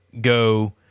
go